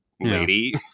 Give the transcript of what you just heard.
lady